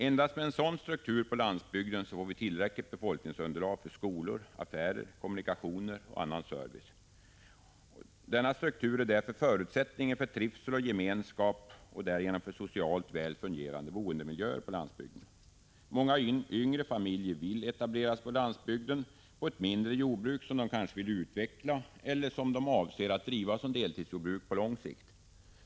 Endast med en sådan struktur på landsbygden får vi tillräckligt befolkningsunderlag för skolor, affärer, kommunikationer och annan service. Denna struktur är därför förutsättningen för trivsel och gemenskap och därigenom för socialt väl fungerande boendemiljöer på landsbygden. Många yngre familjer vill etablera sig på landsbygden på ett mindre jordbruk, som de kanske vill utveckla eller som de avser att driva som deltidsjordbruk på lång sikt.